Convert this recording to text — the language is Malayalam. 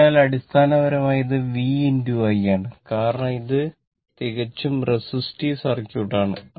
അതിനാൽ അടിസ്ഥാനപരമായി ഇത് v I ആണ് കാരണം ഇത് തികച്ചും റെസിസ്റ്റീവ് സർക്യൂട്ട് ആണ്